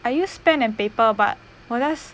I use pen and paper but 我 just